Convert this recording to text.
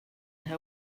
her